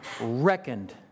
reckoned